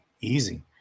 easy